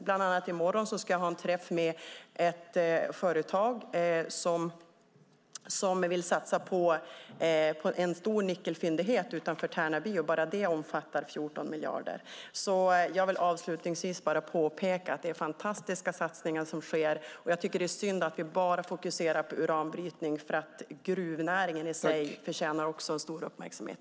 I morgon ska han till exempel ha en träff med ett företag som vill satsa på en stor nickelfyndighet utanför Tärnaby, vilket bara det omfattar 14 miljarder. Jag vill alltså avslutningsvis bara påpeka att det är fantastiska satsningar som sker. Jag tycker att det är synd att vi bara fokuserar på uranbrytning, för gruvnäringen i sig förtjänar också stor uppmärksamhet.